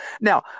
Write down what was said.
Now